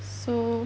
so